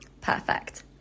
Perfect